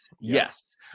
yes